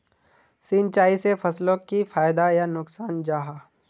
सिंचाई से फसलोक की फायदा या नुकसान जाहा?